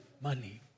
money